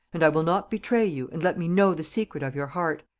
and i will not betray you, and let me know the secret of your heart,